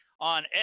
on